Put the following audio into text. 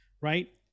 right